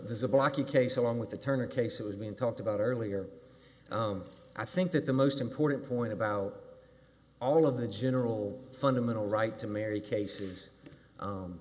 a blocky case along with the turner case it was being talked about earlier i think that the most important point about all of the general fundamental right to marry cases